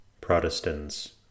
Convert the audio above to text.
Protestants